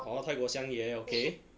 orh 泰国香野 okay